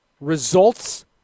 Results